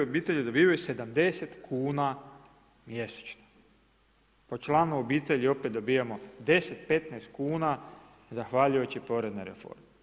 Obitelji dobivaju 70 kuna mjesečno po članu obitelji opet dobivamo 10, 15 kuna zahvaljujući poreznoj reformi.